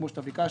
כפי שביקשת,